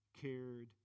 cared